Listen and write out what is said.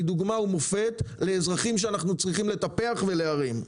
דוגמה ומופת לאזרחים שאנחנו צריכים לטפח ולהרים.